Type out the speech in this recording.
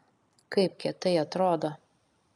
kaip kietai atrodo